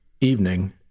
evening